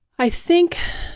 i think,